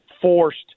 forced